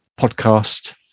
podcast